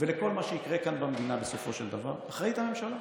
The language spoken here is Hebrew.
ולכל מה שיקרה כאן במדינה בסופו של דבר אחראית הממשלה.